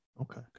Okay